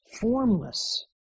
formless